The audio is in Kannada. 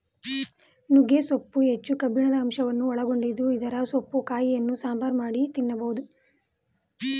ನುಗ್ಗೆ ಸೊಪ್ಪು ಹೆಚ್ಚು ಕಬ್ಬಿಣದ ಅಂಶವನ್ನು ಒಳಗೊಂಡಿದ್ದು ಇದರ ಸೊಪ್ಪು ಕಾಯಿಯನ್ನು ಸಾಂಬಾರ್ ಮಾಡಿ ತಿನ್ನಬೋದು